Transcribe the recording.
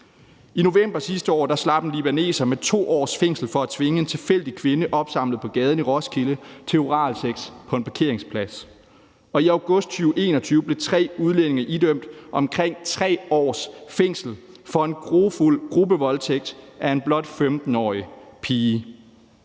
I november sidste år slap en libaneser med 2 års fængsel for at tvinge en tilfældig kvinde opsamlet på gaden i Roskilde til oralsex på en parkeringsplads. Og i august 2021 blev tre udlændinge idømt omkring 3 års fængsel for en grufuld gruppevoldtægt af en blot 15-årig pige.